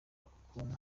ukuntu